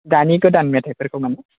दानि गोदान मेथायफोरखौ माने